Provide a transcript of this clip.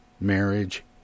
marriage